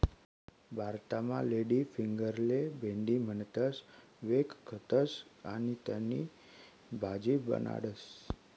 भारतमा लेडीफिंगरले भेंडी म्हणीसण व्यकखतस आणि त्यानी भाजी बनाडतस